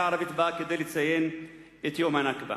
הערבית באה לציין את יום ה"נכבה".